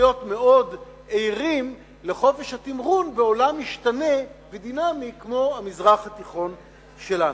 להיות מאוד ערים לחופש התמרון בעולם משתנה ודינמי כמו המזרח התיכון שלנו.